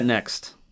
next